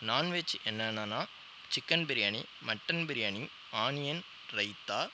non veg என்னென்னனால் chicken biryani mutton biryani onion raita